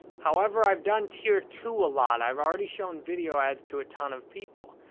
however, i've done tier two a lot. i've already shown video ads to a ton of people,